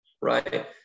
right